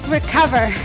Recover